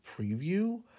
preview